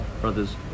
Brothers